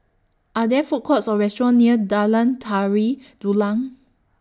Are There Food Courts Or restaurants near Jalan Tari Dulang